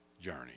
journey